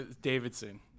Davidson